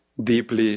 deeply